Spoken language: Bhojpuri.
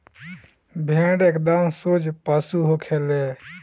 भेड़ एकदम सोझ पशु होखे ले